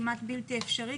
כמעט בתי אפשרי,